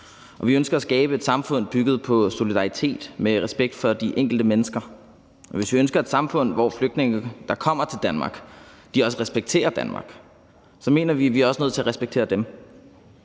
Vi ønsker at skabe et samfund bygget på solidaritet og med respekt for de enkelte mennesker. Og hvis vi ønsker et samfund, hvor flygtninge, der kommer til Danmark, også respekterer Danmark, mener vi, at vi også er nødt til at respektere dem.